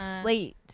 slate